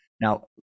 now